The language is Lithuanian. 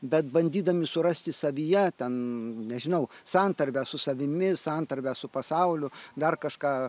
bet bandydami surasti savyje ten nežinau santarvę su savimi santarvę su pasauliu dar kažką